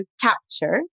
capture